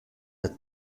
der